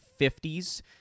50s